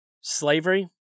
Slavery